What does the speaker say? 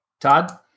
Todd